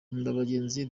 nkundabagenzi